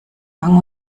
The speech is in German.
gang